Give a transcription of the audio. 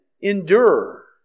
endure